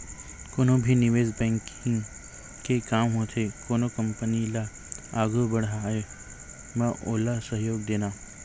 कोनो भी निवेस बेंकिग के काम होथे कोनो कंपनी ल आघू बड़हाय म ओला सहयोग देना